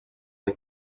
and